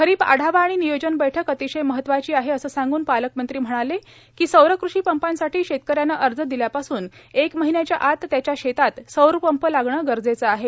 खरीप आढावा आणि नियोजन बैठक अतिशय महत्वाची आहे असे सांगून पालकमंत्री म्हणाले की सौर कृषी पंपासाठी शेतक याने अर्ज दिल्यापासून एक महिन्याच्या आत त्याच्या शेतात सौरपंप लागणे गरजेचे आहे